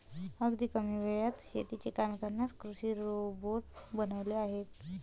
अगदी कमी वेळात शेतीची कामे करण्यासाठी कृषी रोबोट बनवले आहेत